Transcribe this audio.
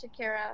Shakira